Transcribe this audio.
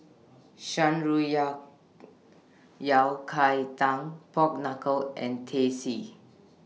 Shan Rui Yao Yao Cai Tang Pork Knuckle and Teh C